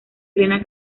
plena